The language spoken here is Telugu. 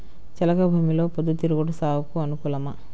చెలక భూమిలో పొద్దు తిరుగుడు సాగుకు అనుకూలమా?